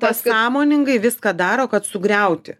pasąmoningai viską daro kad sugriauti